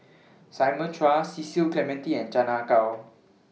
Simon Chua Cecil Clementi and Chan Ah Kow